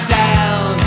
down